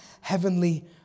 Heavenly